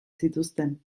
zituzten